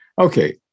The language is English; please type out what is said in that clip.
Okay